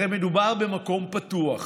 הרי מדובר במקום פתוח,